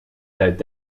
duidt